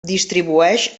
distribueix